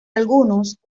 algunos